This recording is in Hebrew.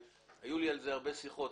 היו לי על זה הרבה שיחות.